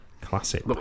Classic